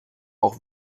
auch